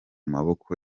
maboko